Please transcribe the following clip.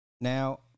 Now